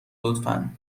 لطفا